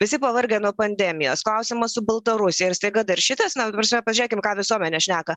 visi pavargę nuo pandemijos klausimas su baltarusija ir staiga dar šitas na ta prasme pažiūrėkim ką visuomenė šneka